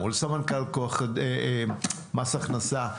מול סמנכ"ל מס הכנסה,